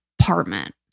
apartment